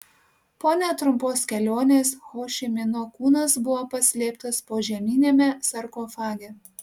po netrumpos kelionės ho ši mino kūnas buvo paslėptas požeminiame sarkofage